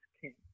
king